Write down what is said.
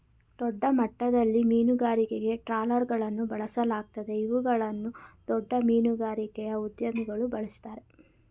ದೊಡ್ಡಮಟ್ಟದಲ್ಲಿ ಮೀನುಗಾರಿಕೆಗೆ ಟ್ರಾಲರ್ಗಳನ್ನು ಬಳಸಲಾಗುತ್ತದೆ ಇವುಗಳನ್ನು ದೊಡ್ಡ ಮೀನುಗಾರಿಕೆಯ ಉದ್ಯಮಿಗಳು ಬಳ್ಸತ್ತರೆ